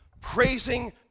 praising